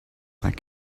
like